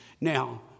Now